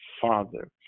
Father